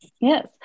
Yes